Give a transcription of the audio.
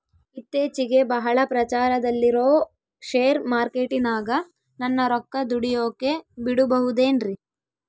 ಇತ್ತೇಚಿಗೆ ಬಹಳ ಪ್ರಚಾರದಲ್ಲಿರೋ ಶೇರ್ ಮಾರ್ಕೇಟಿನಾಗ ನನ್ನ ರೊಕ್ಕ ದುಡಿಯೋಕೆ ಬಿಡುಬಹುದೇನ್ರಿ?